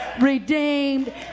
redeemed